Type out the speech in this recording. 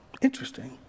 Interesting